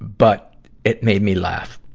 but it made me laugh.